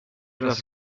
was